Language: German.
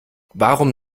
warum